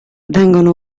vengono